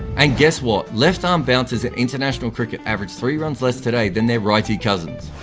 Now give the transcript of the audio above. and guess what? left arm bouncers, at international cricket, average three runs less today than their righty cousins.